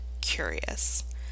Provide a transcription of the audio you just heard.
curious